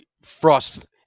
Frost